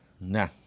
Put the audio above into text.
Nah